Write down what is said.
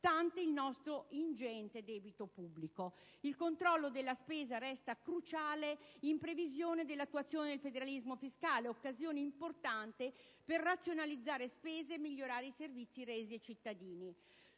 Il controllo della spesa resta cruciale in previsione dell'attuazione del federalismo fiscale, occasione importante per razionalizzare spese e migliorare i servizi resi ai cittadini.